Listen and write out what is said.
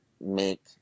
make